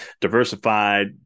diversified